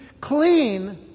clean